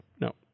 no